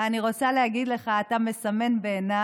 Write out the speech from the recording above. אני רוצה להגיד לך שאתה מסמל בעיני